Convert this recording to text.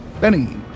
Benny